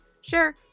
sure